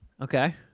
Okay